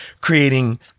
creating